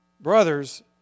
brothers